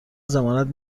ضمانت